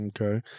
Okay